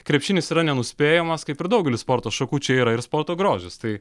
krepšinis yra nenuspėjamas kaip ir daugelis sporto šakų čia yra ir sporto grožis tai